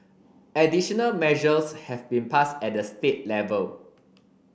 additional measures have been passed at the state level